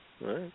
Right